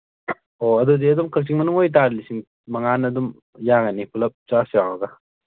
ꯍꯣꯏ ꯑꯗꯨꯗꯤ ꯑꯗꯨꯝ ꯀꯛꯆꯤꯡ ꯃꯅꯨꯡ ꯑꯣꯏ ꯇꯥꯔꯗꯤ ꯂꯤꯁꯤꯡ ꯃꯉꯥꯅ ꯑꯗꯨꯝ ꯌꯥꯔꯅꯤ ꯄꯨꯂꯞ ꯆꯥꯔꯖ ꯌꯥꯎꯔꯒ